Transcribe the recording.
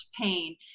pain